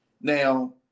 Now